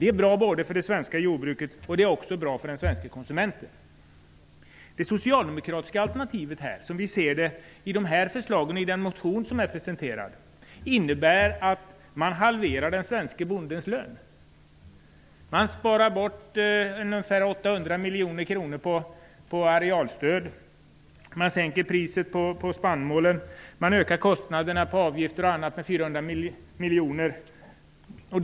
Det är bra både för det svenska jordbruket och för den svenske konsumenten. Det socialdemokratiska alternativet i form av framlagda förslag och den motion som väckts innebär att man vill halvera den svenske bondens lön. Man spar in ungefär 800 miljoner kronor på arealstöd och man sänker priset på spannmålen, man ökar kostnaderna bl.a. i form av avgifter med 400 miljoner kronor.